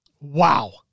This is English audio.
Wow